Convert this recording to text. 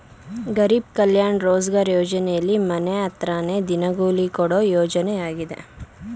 ಗರೀಬ್ ಕಲ್ಯಾಣ ರೋಜ್ಗಾರ್ ಯೋಜನೆಲಿ ಮನೆ ಹತ್ರನೇ ದಿನಗೂಲಿ ಕೊಡೋ ಯೋಜನೆಯಾಗಿದೆ